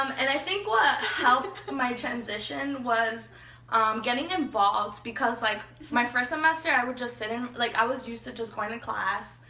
um and i think what helped my transition was getting involved. because like my first semester i would just sit in like i was used to just going to class,